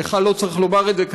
לך לא צריך לומר את זה,